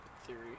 theory